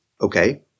Okay